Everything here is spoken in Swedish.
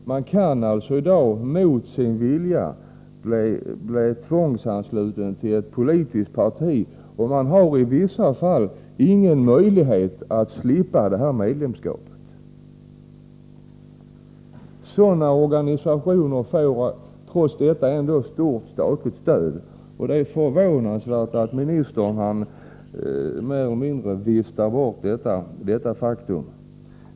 Man kan i dag mot sin vilja bli tvångsansluten till ett politiskt parti, och man har i vissa fall ingen möjlighet att slippa detta medlemskap. Sådana organisationer får trots detta ett stort statligt stöd. Det är förvånansvärt att ministern mer eller mindre viftar bort detta faktum.